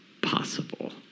possible